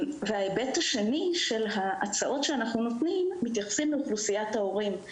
ההיבט השני של ההצעות שאנחנו נותנים מתייחס לאוכלוסיית ההורים.